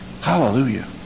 hallelujah